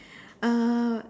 uh